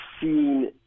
seen